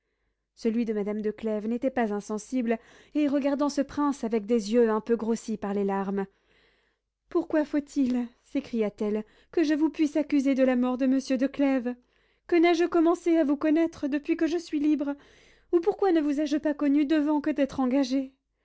celui de madame de clèves n'était pas insensible et regardant ce prince avec des yeux un peu grossis par les larmes pourquoi faut-il s'écria-t-elle que je vous puisse accuser de la mort de monsieur de clèves que n'ai-je commencé à vous connaître depuis que je suis libre ou pourquoi ne vous ai-je pas connu devant que d'être engagée